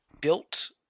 built